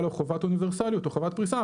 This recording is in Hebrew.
לו חובת אוניברסליות או חובת פריסה,